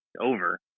over